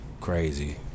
crazy